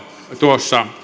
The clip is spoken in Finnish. tuossa